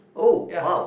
oh wow